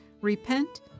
Repent